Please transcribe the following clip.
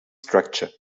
structure